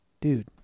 Dude